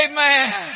Amen